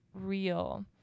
real